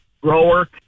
grower